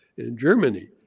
and germany.